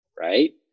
right